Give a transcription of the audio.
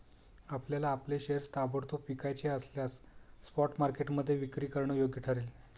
आपल्याला आपले शेअर्स ताबडतोब विकायचे असल्यास स्पॉट मार्केटमध्ये विक्री करणं योग्य ठरेल